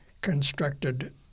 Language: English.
constructed